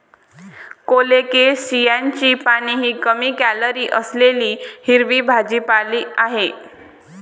कोलोकेशियाची पाने ही कमी कॅलरी असलेली हिरवी पालेभाजी आहे